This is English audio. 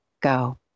go